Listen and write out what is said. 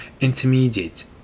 intermediate